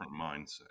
mindset